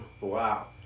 Wow